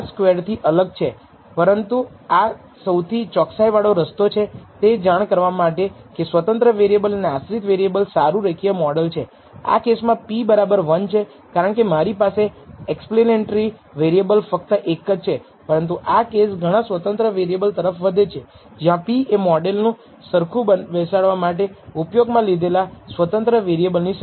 નોંધ કરો કે F સ્ટેટિસ્ટિક્સ ખૂબ ઊંચું છે અને આ p નું મૂલ્ય ખૂબ ઓછું છે જેનો અર્થ છે કે તમે નલ પૂર્વધારણાને નકારી કાઢશો કે ઘટાડેલ મોડેલ પર્યાપ્ત સૂચિત છે કે તમારે β1 નો સમાવેશ કરવો જોઈએ β1 નો સમાવેશ કરવો ખૂબ જ સારો છે તમને તમારા મોડેલિંગમાં β1 નો ઉપયોગ કરીને વધુ સારી t મળશે